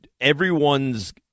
everyone's